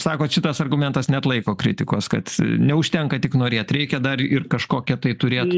sakot šitas argumentas neatlaiko kritikos kad neužtenka tik norėt reikia dar ir kažkokią tai turėt